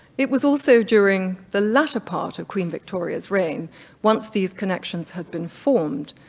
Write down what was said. it was also during the later part of queen victoria's reign once these connections had been formed,